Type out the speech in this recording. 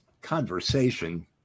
conversation